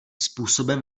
způsobem